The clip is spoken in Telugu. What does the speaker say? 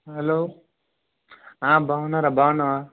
హలో బాగున్నారా బాగున్నావా